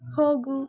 ಹೋಗು